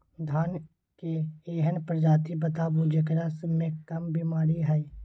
धान के एहन प्रजाति बताबू जेकरा मे कम बीमारी हैय?